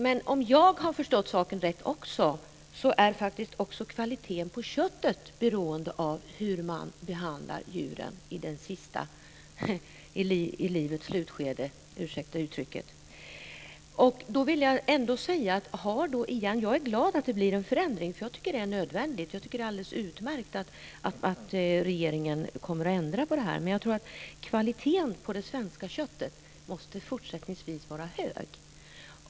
Men om jag dessutom har förstått saken rätt är kvaliteten på köttet beroende av hur man behandlar djuren i "livets slutskede". Jag är glad att det blir en förändring. Den är nödvändig. Det är alldeles utmärkt att regeringen kommer att ändra på detta, men jag tror att kvaliteten på det svenska köttet fortsättningsvis måste vara hög.